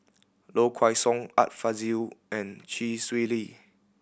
Low Kway Song Art Fazil and Chee Swee Lee